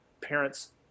parents